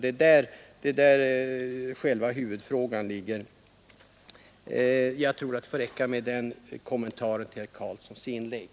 Det är det som är själva huvudfrågan. Jag tror att det får räcka med den kommentaren till herr Karlssons inlägg.